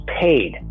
paid